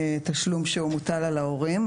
תשלום שהוא מוטל על ההורים.